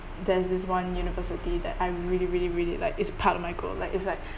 there's this one university that I really really really like it's part of my goal like it's like